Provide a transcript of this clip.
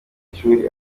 ishuri